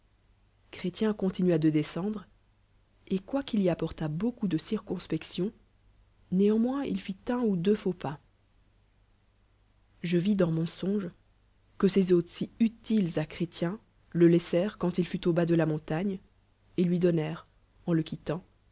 chrétien continua de descendre et quoiqu'il y pportât beaucoup de circonspection nésnrnoius il fit un ou deux faux pas je vis dans mon songe que ces hôtes si utiles chrétien le aisèrent quand il fut au bas de la montagae el lui doanèreat eu le quittant